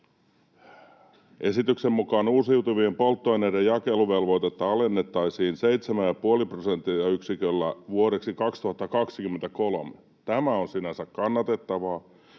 Esityksen mukaan uusiutuvien polttoaineiden jakeluvelvoitetta alennettaisiin 7,5 prosenttiyksiköllä vuodeksi 2023. Tämä on sinänsä kannatettavaa,